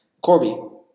Corby